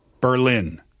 Berlin